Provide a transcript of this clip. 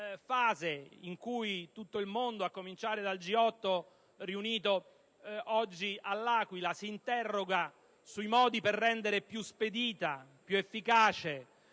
fase in cui tutto il mondo, a cominciare dal G8 riunito oggi all'Aquila, si interroga sui modi per rendere più spedita, più efficace